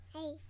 Hey